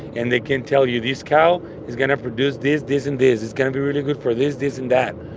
and they can tell you, this cow is going to produce this, this and this. it's going to be really good for this, this and that.